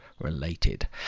related